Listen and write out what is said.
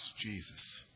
Jesus